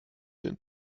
den